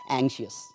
anxious